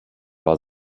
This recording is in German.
war